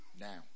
now